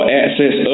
access